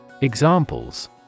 Examples